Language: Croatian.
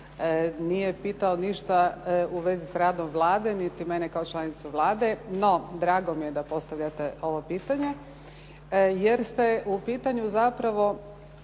nije pitao ništa u svezi s radom Vlade, niti mene kao članicu Vlade, no drago mi je da postavljate ovo pitanje, jer ste u pitanju zapravo,